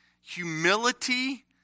humility